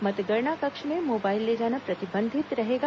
मतगणना कक्ष में मोबाइल ले जाना प्रतिबंधित रहेगा